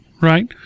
right